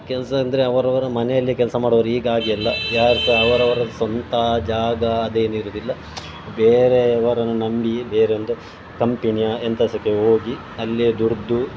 ಕೆಲಸ ಅಂದರೆ ಅವರವರ ಮನೆಯಲ್ಲೇ ಕೆಲಸ ಮಾಡುವವರಿಗೆ ಈಗ ಹಾಗೆ ಅಲ್ಲ ಯಾರು ಸಹ ಅವರವರ ಸ್ವಂತ ಜಾಗ ಅದೇನಿರುವುದಿಲ್ಲ ಬೇರೆಯವರನ್ನು ನಂಬಿಯೇ ಬೇರೆ ಒಂದು ಕಂಪೆನಿಯ ಎಂಥ ಸಹಕ್ಕೆ ಹೋಗಿ ಅಲ್ಲಿಯೇ ದುಡಿದು